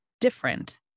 different